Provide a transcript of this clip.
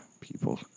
people